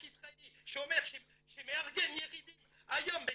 ישראלי שאומר שהוא מארגן ירידים היום בצרפת,